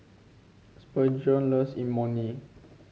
Spurgeon loves Imoni